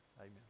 amen